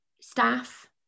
staff